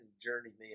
journeyman